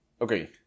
okay